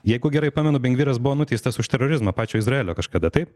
jeigu gerai pamenu bingviras buvo nuteistas už terorizmą pačio izraelio kažkada taip